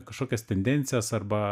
kažkokias tendencijas arba